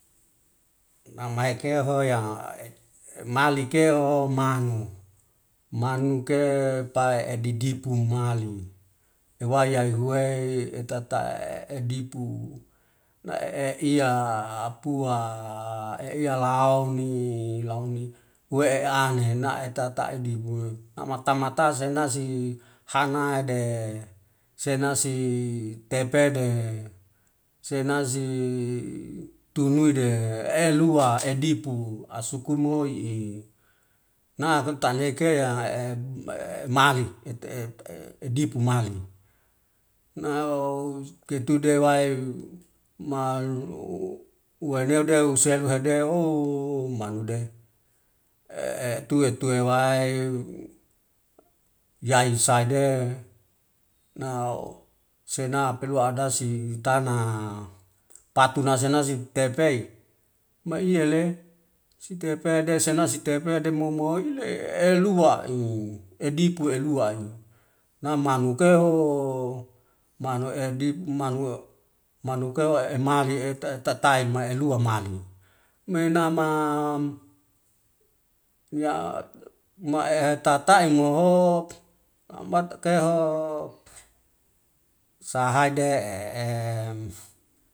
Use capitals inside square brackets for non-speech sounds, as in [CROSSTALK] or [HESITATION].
[NOISE] namai kea hoya [HESITATION] malikeo manu, manuk'e pae ededipu mali ewai aiyhuwe etata [HESITATION] dipu nae iya apua [HESITATION] eyalaoni launi we enane naetata dibue namata mata senasi hanae'de senasi tepede senasi tumuide elua edipu asukun woi'i na hutane kea [HESITATION] malik [HESITATION] eta dipu mali niao ketudewai ma [HESITATION] uweinedeu uselu hede ouu manude [HESITATION] tuetue wae yaiy saide na sena pelua adasi itana patuna sinasi tepai maiyale sitepede senasi tepede momo ile elua'i edipu elua'i namnuke ooo manu edipu manu manuk eumali eta eta tai maelua mali, menama [HESITATION] maehe tata'imo'o mat keho sahaide'e. [HESITATION]